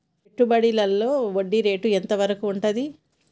పెట్టుబడులలో వడ్డీ రేటు ఎంత వరకు ఉంటది?